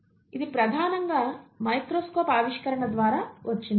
ఇది ప్రధానంగా మైక్రోస్కోప్ ఆవిష్కరణ ద్వారా వచ్చింది